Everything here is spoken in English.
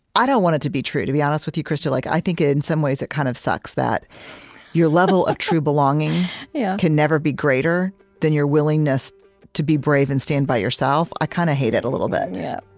i don't want it to be true, to be honest with you, krista. like i think, in some ways, it kind of sucks that your level of true belonging yeah can never be greater than your willingness to be brave and stand by yourself. i kind of hate it a little bit. yeah